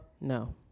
no